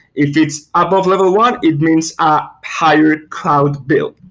if it's above level one, it means a higher cloud bill.